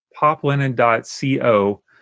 PopLinen.co